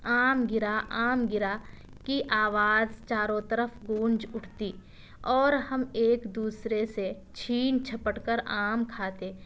آم گرا آم گرا کی آواز چاروں طرف گونج اٹھتی اور ہم ایک دوسرے سے چھین چھپٹ کر آم کھاتے